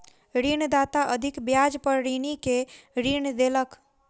ऋणदाता अधिक ब्याज पर ऋणी के ऋण देलक